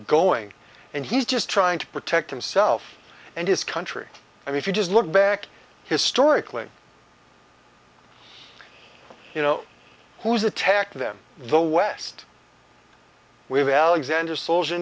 going and he's just trying to protect himself and his country i mean if you just look back historically you know who's attacked them the west we have alexander